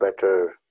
better